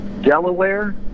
Delaware